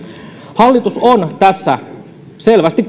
hallitus on tässä kuitenkin selvästi